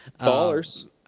Ballers